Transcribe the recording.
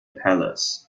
palace